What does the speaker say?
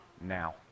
now